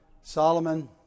Solomon